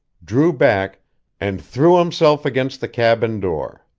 drew back and threw himself against the cabin door.